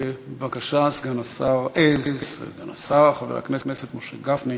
בבקשה, חבר הכנסת משה גפני.